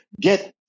get